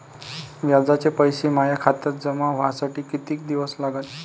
व्याजाचे पैसे माया खात्यात जमा व्हासाठी कितीक दिवस लागन?